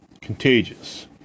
contagious